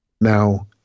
Now